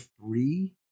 three